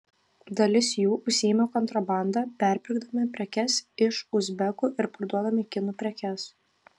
dalis jų užsiima kontrabanda perpirkdami prekes iš uzbekų ir parduodami kinų prekes